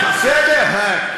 בסדר.